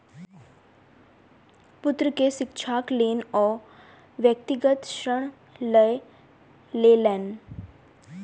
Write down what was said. पुत्र के शिक्षाक लेल ओ व्यक्तिगत ऋण लय लेलैन